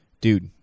Dude